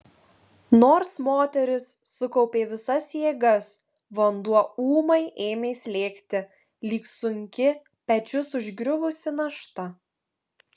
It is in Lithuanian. nors moteris sukaupė visas jėgas vanduo ūmai ėmė slėgti lyg sunki pečius užgriuvusi našta